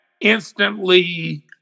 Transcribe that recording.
instantly